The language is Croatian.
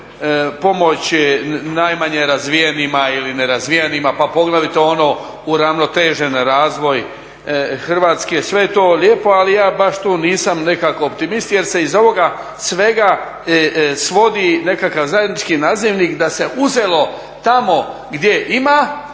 pomoć najmanje razvijenima ili nerazvijenima pa poglavito ono uravnotežen razvoj Hrvatske, sve je to lijepo, ali ja baš tu nisam nekako optimist jer se iz ovoga svega svodi nekakav zajednički nazivnik da se uzelo tamo gdje ima,